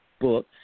book